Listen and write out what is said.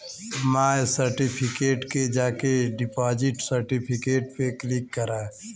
माय certificate में जाके deposit certificate पे क्लिक करा